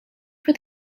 for